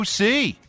OC